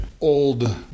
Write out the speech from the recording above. old